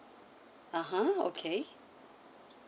(uh huh) okay